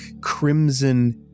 crimson